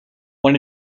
when